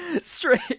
Straight